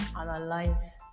analyze